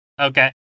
Okay